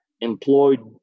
employed